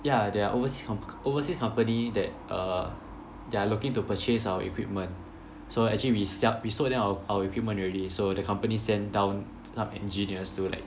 yeah there are overseas compa~ compa~ overseas company that err that are looking to purchase our equipment so actually we sell we sold them our equipment already so the company sent down some engineers to like